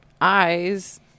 eyes